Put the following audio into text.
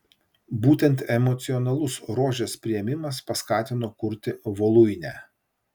būtent emocionalus rožės priėmimas paskatino kurti voluinę